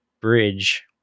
bridge